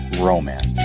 romance